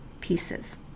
pieces